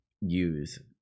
use